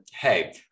hey